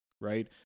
right